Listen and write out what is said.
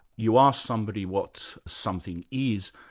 you ask somebody what something is,